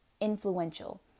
influential